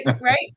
right